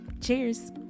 Cheers